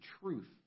truth